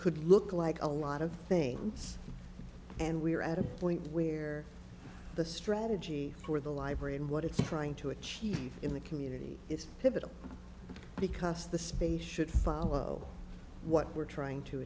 could look like a lot of things and we are at a point where the strategy for the library and what it's trying to achieve in the community is pivotal because the space should follow what we're trying to